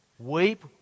Weep